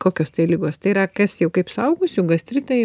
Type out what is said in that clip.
kokios tai ligos tai yra kas jau kaip suaugusių gastritai